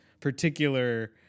particular